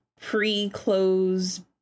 pre-close